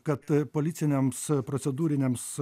kad policiniams e procedūriniams